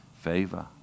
Favor